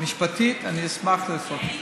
משפטית, אשמח לעשות את זה.